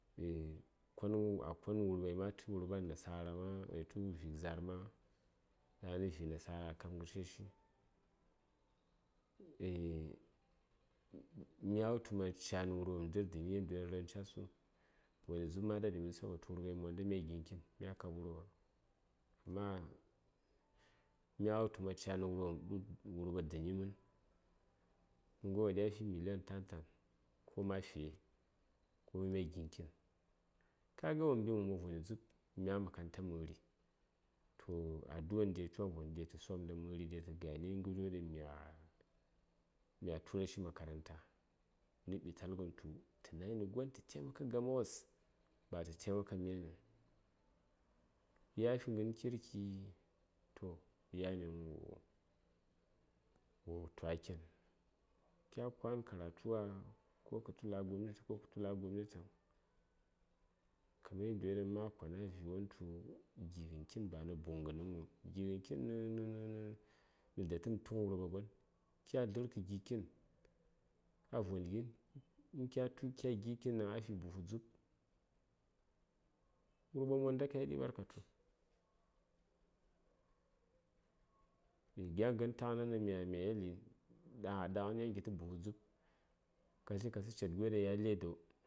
eah kon a kon wurɓa ma tə wurɓa nasara eh tə vi za:r ma ɗan ghən vik nasara a kab ghəsheshi eah mighai tu ca nə wurɓa mə ndər dəni yadiyo ɗaŋ ra:n ca su amma mya wultu ma canə wurɓa mə ɗu dəni mən nə ghəryo ɗaŋ wo diya fi million tan tan koma fiye kuma mya gini kitn kaga wo mbim wo mob voni dzub mya makaranta məri toh aduan de coŋvon tə somɗa məri tə gane ghərwon ɗan mya mya turashi makaranta nə ɓtalgən tu tə nayi nə gon tə taimaka gamawos ba tə taimakam myanəŋ ya fi ghən kirki toh yani ghan wo uhh tu a ken kya kwan karatuwa ko kə tu la: gobnati ko kə tu la: gobnatiŋ kamar yaddiyoɗŋ mayi kon iri vi:won du:ni tu gighən kitn banə buŋghənəŋ gighən kitn nə nə nə datəm tughən wurɓa ɓed kya dlər kə gi: kitn a voni gin in kya tu kya gi kitn ɗaŋ afi buhu dzub wurɓa monda a nda katu gya ghən taghənən ɗan mya yeli a ɗaghən yan kitə buhu dzub ka tli ka səŋ ced gon ɗaŋ yi a leda wos